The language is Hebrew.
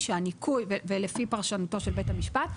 ולפי פרשנותו של בית המשפט,